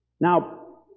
Now